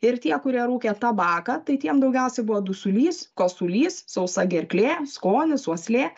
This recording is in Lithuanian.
ir tie kurie rūkė tabaką tai tiem daugiausia buvo dusulys kosulys sausa gerklė skonis uoslė